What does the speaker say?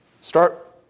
Start